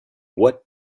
what